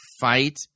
fight